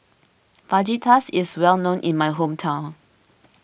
Fajitas is well known in my hometown